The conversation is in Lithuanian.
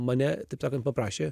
mane taip sakant paprašė